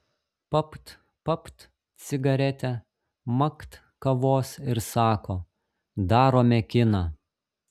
papt papt cigaretę makt kavos ir sako darome kiną